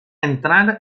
entrar